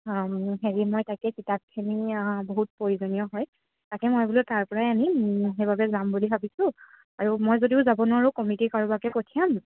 হেৰি মই তাকে কিতাপখিনি বহুত প্ৰয়োজনীয় হয় তাকে মই বোলো তাৰ পৰাই আনিম সেইবাবে যাম বুলি ভাবিছোঁ আৰু মই যদিও যাব নোৱাৰোঁ কমিটিৰ কাৰোবাকে পঠিয়াম